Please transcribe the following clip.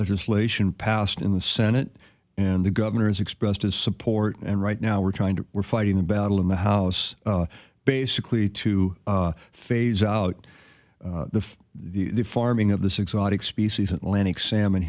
legislation passed in the senate and the governor has expressed his support and right now we're trying to we're fighting the battle in the house basically to phase out the the farming of this exotic species atlantic salmon